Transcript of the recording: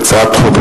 לקריאה ראשונה,